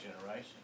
generation